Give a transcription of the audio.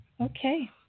Okay